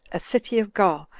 a city of gaul,